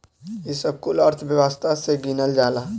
ई सब कुल अर्थव्यवस्था मे गिनल जाला